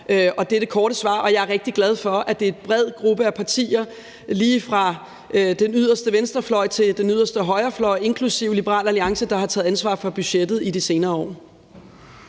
Det er det korte svar. Og jeg rigtig glad for, at det er en bred gruppe af partier lige fra den yderste venstrefløj til den yderste højrefløj, inklusive Liberal Alliance, der har taget ansvar for budgettet i de senere år.